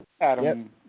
Adam